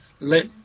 let